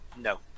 No